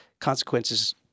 consequences